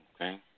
Okay